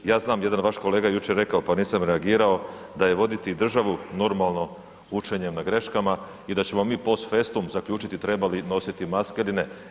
Ja znam jedan vaš kolega je jučer rekao pa nisam reagira, da je voditi državu normalno učenje na greškama i da ćemo mi post festum zaključiti trebali nositi maske ili ne.